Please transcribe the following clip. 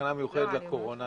תקנה מיוחדת לקורונה.